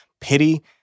Pity